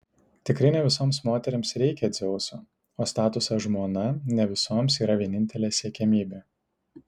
tikrai ne visoms moterims reikia dzeuso o statusas žmona ne visoms yra vienintelė siekiamybė